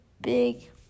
big